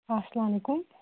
اَسلام علیکُم